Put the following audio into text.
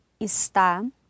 Está